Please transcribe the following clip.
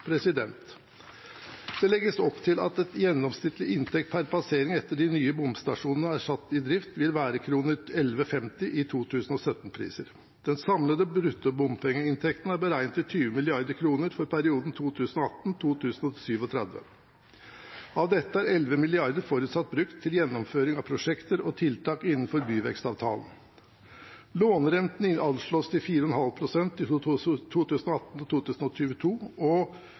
Det legges opp til at en gjennomsnittlig inntekt per passering etter at de nye bomstasjonene er satt i drift, vil være 11,50 kr i 2017-priser. Den samlede bruttobompengeinntekten er beregnet til 20 mrd. kr. for perioden 2018–2037. Av dette er 11 mrd. kr forutsatt brukt til gjennomføring av prosjekt og tiltak innenfor byvekstavtalen. Lånerenten anslås til 4,5 pst. i perioden 2018–2022, 5,5 pst. i perioden 2023–2026 og 6,5 pst. fra 2027. Årlig prisvekst og